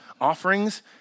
offerings